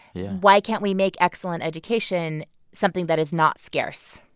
yeah why can't we make excellent education something that is not scarce?